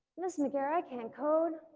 ms. magiera i can't and code,